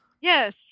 Yes